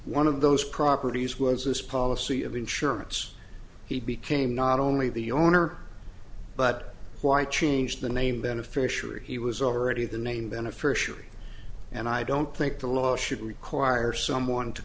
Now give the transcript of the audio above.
one of those properties was this policy of insurance he became not only the owner but why change the name beneficiary he was already the name beneficiary and i don't think the law should require someone to